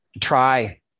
try